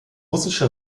russische